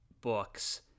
books